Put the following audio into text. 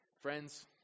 Friends